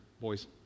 boys